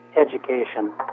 education